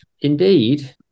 indeed